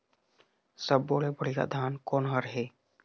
सब्बो ले बढ़िया धान कोन हर हे?